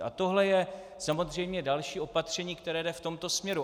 A tohle je samozřejmě další opatření, které jde v tomto směru.